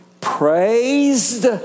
praised